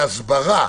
בהסברה,